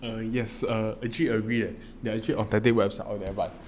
err yes err actually agree that there are actually authentic website out there but